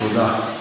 תודה.